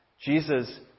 Jesus